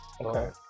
okay